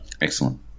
Excellent